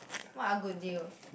what a good deal